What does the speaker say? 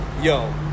yo